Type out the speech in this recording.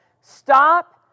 stop